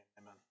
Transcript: amen